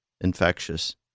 infectious